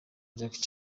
jackie